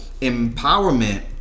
empowerment